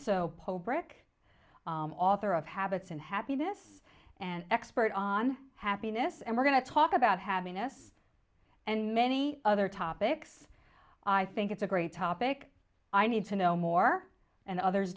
d poll break author of habits and happiness an expert on happiness and we're going to talk about happiness and many other topics i think it's a great topic i need to know more and others